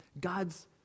God's